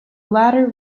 ladder